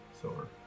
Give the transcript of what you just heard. silver